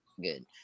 good